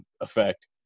effect